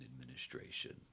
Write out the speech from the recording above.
administration